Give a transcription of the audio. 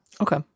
Okay